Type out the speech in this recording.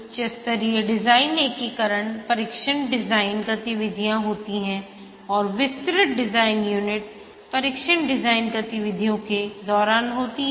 उच्च स्तरीय डिज़ाइन एकीकरण परीक्षण डिज़ाइन गतिविधियाँ होती हैं और विस्तृत डिज़ाइन यूनिट परीक्षण डिज़ाइन गतिविधियों के दौरान होते हैं